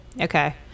okay